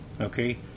Okay